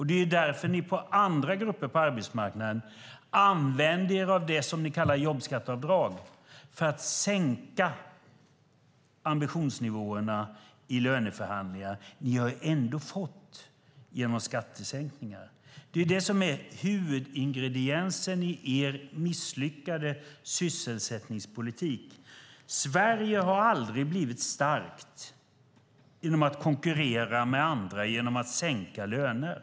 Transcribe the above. Det är därför ni för andra grupper på arbetsmarknaden använder er av det som ni kallar jobbskatteavdrag för att sänka ambitionsnivåerna i löneförhandlingarna genom att säga: Ni har ändå fått genom skattesänkningar. Det är huvudingrediensen i er misslyckade sysselsättningspolitik. Sverige har aldrig blivit starkt genom att konkurrera med andra genom att sänka löner.